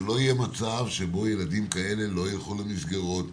שלא יהיה מצב שבו ילדים כאלה לא ילכו למסגרות,